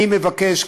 אני מבקש,